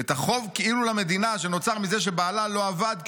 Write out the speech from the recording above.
את החוב למדינה שכאילו נוצר מזה שבעלה לא עבד,